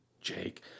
Jake